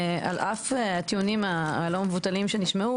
על אף הטיעונים הלא מבוטלים שנשמעו,